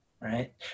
right